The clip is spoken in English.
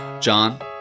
John